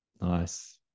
Nice